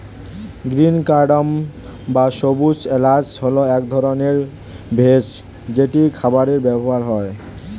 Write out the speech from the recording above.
green cardamom বা সবুজ এলাচ হল এক ধরনের ভেষজ যেটি খাবারে ব্যবহৃত হয়